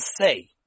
say